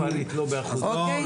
תבדוק מספרית, לא באחוזים.